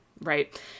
right